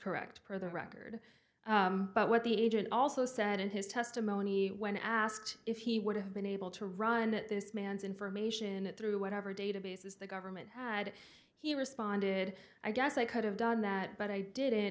correct for the record but what the agent also said in his testimony when asked if he would have been able to run this man's information through whatever databases the government had he responded i guess i could have done that but i did it